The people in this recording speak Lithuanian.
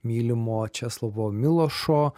mylimo česlovo milošo